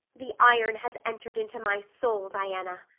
the iron has entered into my soul, diana.